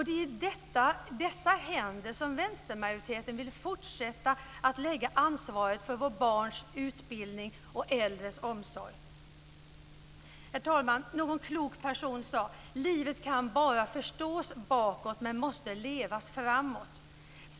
Det är i dessa händer som vänstermajoriteten vill fortsätta att lägga ansvaret för våra barns utbildning och våra äldres omsorg. Herr talman! Någon klok person sade: Livet kan bara förstås bakåt men måste levas framåt.